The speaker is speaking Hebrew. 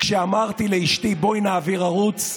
כשאמרתי לאשתי: בואי נעביר ערוץ,